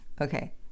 okay